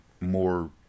more